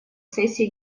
сессии